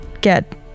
get